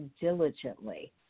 diligently